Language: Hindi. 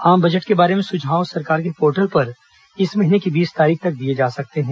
आम बजट के बारे में सुझाव सरकार के पोर्टल पर इस महीने की बीस तारीख तक दिये जा सकते हैं